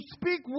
speak